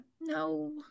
no